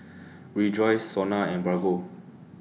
Rejoice Sona and Bargo